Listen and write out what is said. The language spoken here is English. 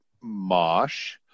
Mosh